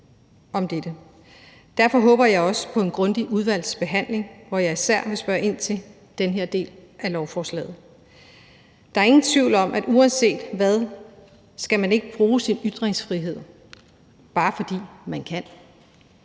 Derfor håber jeg også på en grundig udvalgsbehandling, hvor jeg især vil spørge ind til den her del af lovforslaget. Der er ingen tvivl om, at uanset hvad skal man ikke bruge sin ytringsfrihed, bare fordi man kan,